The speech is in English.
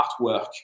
artwork